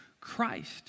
Christ